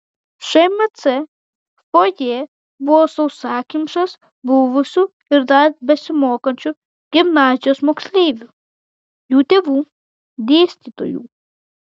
šmc fojė buvo sausakimšas buvusių ir dar besimokančių gimnazijos moksleivių jų tėvų dėstytojų